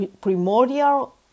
primordial